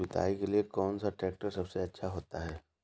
जुताई के लिए कौन सा ट्रैक्टर सबसे अच्छा होता है?